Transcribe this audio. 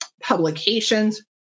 publications